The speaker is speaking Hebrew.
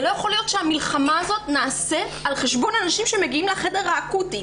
זה לא יכול שהמלחמה הזאת נעשית על חשבון אנשים שמגיעים לחדר האקוטי.